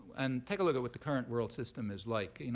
and take a look at what the current world system is like. and